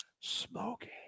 smoking